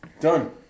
Done